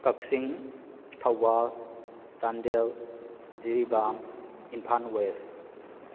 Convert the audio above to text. Kakching Thoubal Chandel Jiribam Imphal west